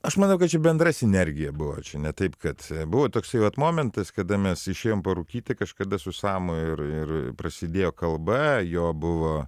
aš manau kad čia bendra sinergija buvo čia ne taip kad buvo toksai vat momentas kada mes išėjom parūkyti kažkada su samu ir ir prasidėjo kalba jo buvo